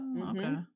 okay